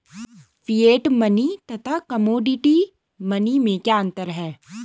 Fiat money तथा commodity money में क्या अंतर है?